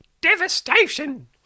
devastation